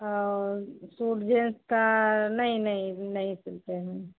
और suit gents का नहीं नहीं नहीं सिलते है